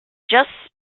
just